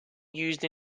used